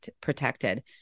protected